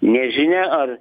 nežinia ar